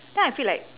then I feel like